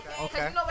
Okay